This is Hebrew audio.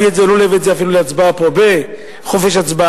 אם להביא את זה או לא להביא את זה פה להצבעה עם חופש הצבעה,